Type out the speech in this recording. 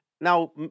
Now